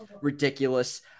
ridiculous